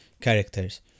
characters